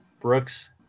Brooks